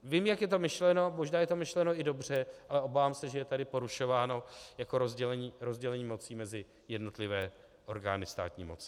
Vím, jak je to myšleno, možná je to myšleno i dobře, ale obávám se, že je tady porušováno jako rozdělení moci mezi jednotlivé orgány státní moci.